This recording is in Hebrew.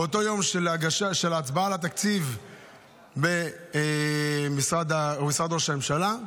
באותו היום של ההצבעה על התקציב במשרד ראש הממשלה,